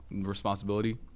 responsibility